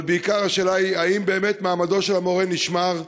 אבל בעיקר השאלה היא: האם באמת מעמדו של המורה נשמר?